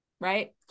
right